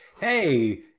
Hey